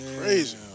crazy